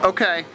Okay